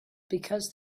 because